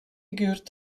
gehört